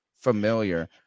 familiar